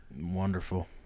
Wonderful